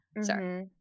Sorry